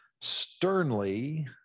sternly